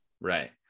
Right